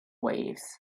waves